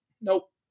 Nope